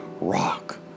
rock